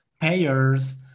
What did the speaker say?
payers